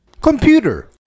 Computer